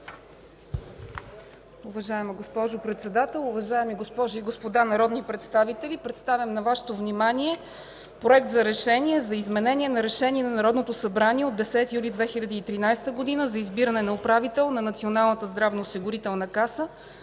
Уважаема госпожо Председател, уважаеми госпожи и господа народни представители! Представям на Вашето внимание: „Проект РЕШЕНИЕ за изменение на Решение на Народното събрание от 10 юли 2013 г. за избиране на управител на Националната здравноосигурителна каса